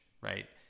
right